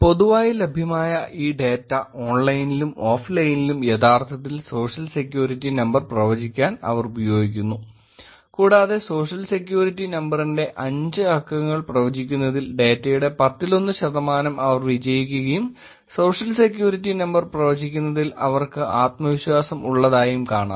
പൊതുവായി ലഭ്യമായ ഈ ഡാറ്റ ഓൺലൈനിലും ഓഫ്ലൈനിലും യഥാർത്ഥത്തിൽ സോഷ്യൽ സെക്യൂരിറ്റി നമ്പർ പ്രവചിക്കാൻ അവർ ഉപയോഗിക്കുന്നു കൂടാതെ സോഷ്യൽ സെക്യൂരിറ്റി നമ്പറിന്റെ അഞ്ച് അക്കങ്ങൾ പ്രവചിക്കുന്നതിൽ ഡേറ്റയുടെ 10 ൽ 1 ശതമാനം അവർ വിജയിക്കുകയും സോഷ്യൽ സെക്യൂരിറ്റി നമ്പർ പ്രവചിക്കുന്നതിൽ അവർക്ക് ആത്മവിശ്വാസം ഉള്ളതായും കാണാം